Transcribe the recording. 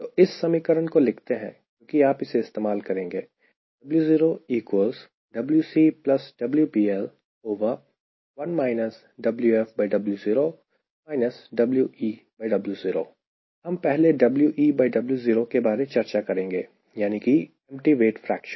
तो इस समीकरण को लिखते हैं क्योंकि आप इसे इस्तेमाल करेंगे हम पहले WeWo के बारे चर्चा करेंगे यानी कि एमप्टी वेट फ्रेक्शन